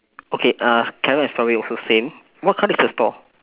okay uh carrot and strawberry also same what colour is the store